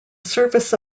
surface